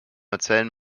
erzählen